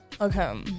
Okay